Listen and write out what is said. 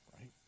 right